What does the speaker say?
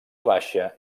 baixa